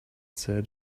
said